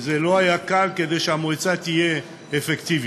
וזה לא היה קל, כדי שהמועצה תהיה אפקטיבית.